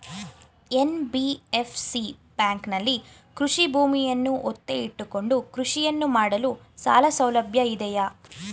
NBFC ಬ್ಯಾಂಕಿನಲ್ಲಿ ಕೃಷಿ ಭೂಮಿಯನ್ನು ಒತ್ತೆ ಇಟ್ಟುಕೊಂಡು ಕೃಷಿಯನ್ನು ಮಾಡಲು ಸಾಲಸೌಲಭ್ಯ ಇದೆಯಾ?